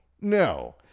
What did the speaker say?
no